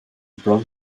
bron